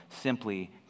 Simply